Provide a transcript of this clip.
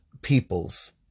peoples